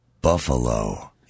Buffalo